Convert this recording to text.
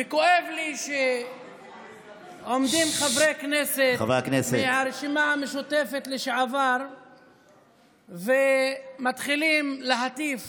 וכואב לי שעומדים חברי הכנסת מהרשימה המשותפת לשעבר ומתחילים להטיף